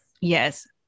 Yes